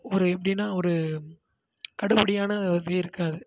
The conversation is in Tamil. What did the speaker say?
ஒரு எப்படின்னா ஒரு கடுபிடியான இதே இருக்காது